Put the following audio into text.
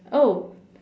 oh